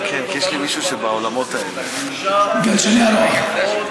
גלשני הרוח.